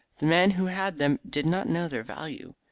the man who had them did not know their value.